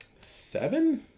Seven